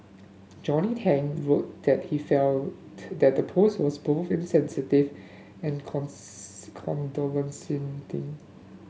Johnny Tang wrote that he felt that the post was both insensitive and